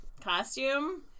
costume